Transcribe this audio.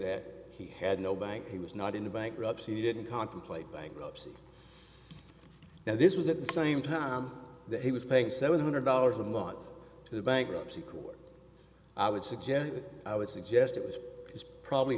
that he had no bank he was not in bankruptcy didn't contemplate bankruptcy now this was at the same time that he was paying seven hundred dollars a month to the bankruptcy court i would suggest i would suggest it is probably